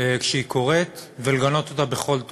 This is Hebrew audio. כשהיא קורית ולגנות אותה בכל תוקף.